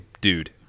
dude